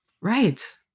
Right